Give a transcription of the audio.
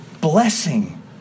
blessing